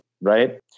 right